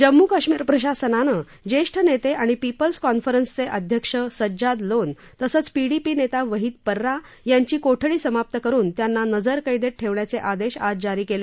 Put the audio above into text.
जम्मू कश्मीर प्रशासनानं ज्येष्ठ नेते आणि पिपल्स कॉन्फरन्सचे अध्यक्ष सज्जाद लोन तसंच पिडीपी नेता वहीद पर्रा यांची कोठडी समाप्त करुन त्यांना नजरकैदेत ठेवण्याचे आदेश आज जारी केले